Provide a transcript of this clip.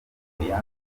yandura